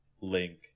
link